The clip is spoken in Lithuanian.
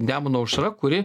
nemuno aušra kuri